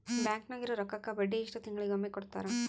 Bank ನಾಗಿರೋ ರೊಕ್ಕಕ್ಕ ಬಡ್ಡಿ ಎಷ್ಟು ತಿಂಗಳಿಗೊಮ್ಮೆ ಕೊಡ್ತಾರ?